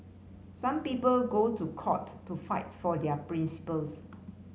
some people go to court to fight for their principles